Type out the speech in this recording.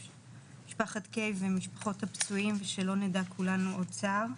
משפחת קיי ומשפחות הפצועים ושלא נדע כולנו עוד צער.